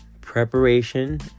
preparation